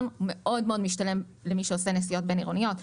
זה מאוד משתלם למי שעושה נסיעות בין-עירוניות,